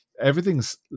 everything's